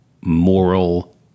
moral